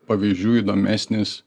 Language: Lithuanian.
pavyzdžių įdomesnis